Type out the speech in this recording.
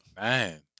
Man